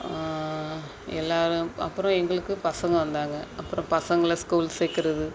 எல்லோரும் அப்புறம் எங்களுக்கு பசங்க வந்தாங்க அப்புறம் பசங்களை ஸ்கூல் சேக்கிறது